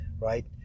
Right